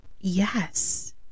yes